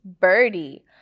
Birdie